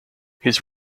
his